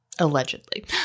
Allegedly